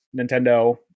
Nintendo